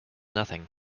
nothing